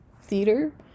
theater